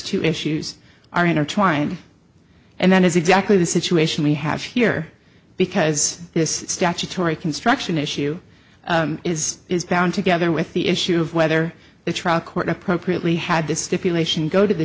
two issues are intertwined and that is exactly the situation we have here because this statutory construction issue is bound together with the issue of whether the trial court appropriately had this stipulation go to the